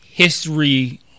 History